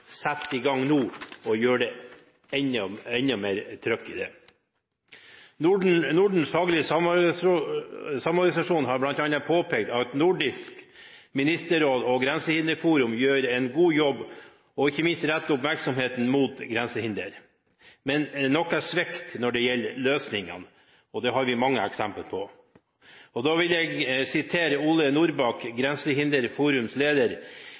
sette i gang nå og ha enda mer trykk i det. Nordens Faglige Samorganisasjon har blant annet påpekt at Nordisk ministerråd og Grensehinderforum gjør en god jobb og ikke minst retter oppmerksomheten mot grensehindre, men er noe svekket når det gjelder løsningene – det har vi mange eksempler på. Jeg vil sitere Ole Norrback, Grensehinderforums leder: